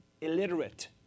illiterate